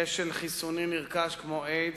כשל חיסוני נרכש כמו איידס,